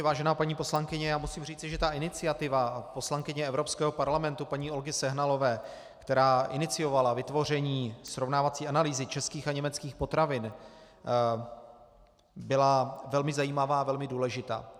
Vážená paní poslankyně, já musím říci, že ta iniciativa poslankyně Evropského parlamentu paní Olgy Sehnalové, která iniciovala vytvoření srovnávací analýzy českých a německých potravin, byla velmi zajímavá a velmi důležitá.